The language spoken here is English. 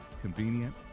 convenient